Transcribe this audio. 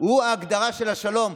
הוא ההגדרה של השלום.